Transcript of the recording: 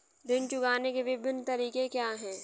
ऋण चुकाने के विभिन्न तरीके क्या हैं?